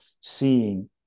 seeing